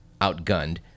outgunned